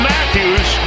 Matthews